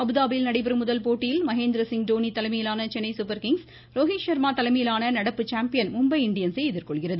அபுதாபியில் நடைபெறும் முதல் போட்டியில் மகேந்திரசிங் தோனி தலைமையிலான சென்னை சூப்பர் கிங்ஸ் ரோஹித் ஷா்மா தலைமையிலான நடப்பு சாம்பியன் மும்பை இண்டியன்ஸை எதிர்கொள்கிறது